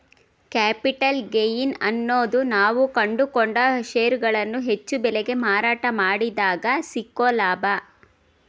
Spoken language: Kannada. ಕ್ಯಾಪಿಟಲ್ ಗೆಯಿನ್ ಅನ್ನೋದು ನಾವು ಕೊಂಡುಕೊಂಡ ಷೇರುಗಳನ್ನು ಹೆಚ್ಚು ಬೆಲೆಗೆ ಮಾರಾಟ ಮಾಡಿದಗ ಸಿಕ್ಕೊ ಲಾಭ